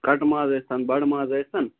کَٹہٕ ماز ٲسۍتَن بَڑٕ ماز ٲسۍتَن